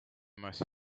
most